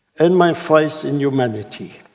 and my faith in humanity.